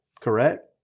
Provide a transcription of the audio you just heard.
correct